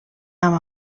amb